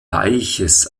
weiches